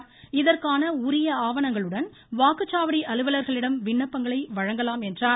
உரிய இதற்கான ஆவணங்களுடன் வாக்குச்சாவடி அலுவலர்களிடம் விண்ணப்பங்களை வழங்கலாம் என்றார்